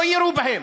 לא יירו בהם,